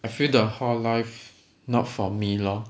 I feel the hall life not for me lor